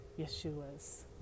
Yeshua's